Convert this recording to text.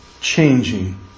changing